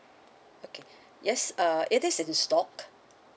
okay yes uh it is in stock